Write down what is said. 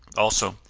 also,